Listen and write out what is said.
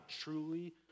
truly